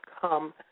come